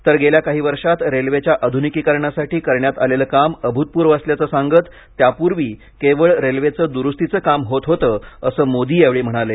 तर गेल्या काही वर्षात रेल्वेच्या आधुनिकीरणासाठी करण्यात आलेलं काम अभूतपूर्व असल्याचं सांगत त्यापूर्वी केवळ रेल्वेचं दुरूस्तीचं काम होत होतं असं मोदी यावेळी म्हणाले